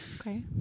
Okay